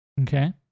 okay